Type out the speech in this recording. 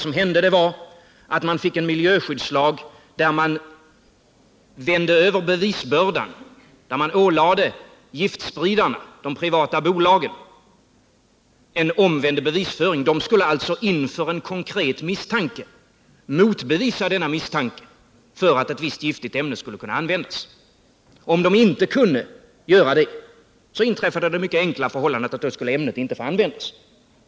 Jo, det var att man fick en miljöskyddslag där man flyttade över bevisbördan och ålade giftspridarna, de privata bolagen, en omvänd bevisföring. De skulle alltså inför en konkret misstanke motbevisa denna för att ett visst giftigt ämne skulle kunna användas. Om de inte kunde göra det, inträffade det mycket enkla förhållandet att ämnet inte skulle få användas.